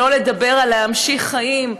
שלא לדבר על להמשיך חיים,